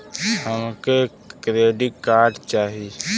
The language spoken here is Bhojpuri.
हमके क्रेडिट कार्ड चाही